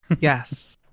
Yes